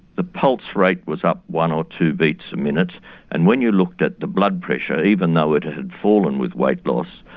the pulse rate was up one or two beats a minute and when you looked at the blood pressure, even though it had fallen with weight loss,